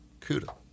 Cuda